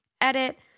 Edit